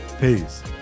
Peace